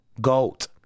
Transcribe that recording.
goat